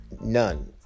none